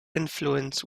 influence